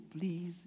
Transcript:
please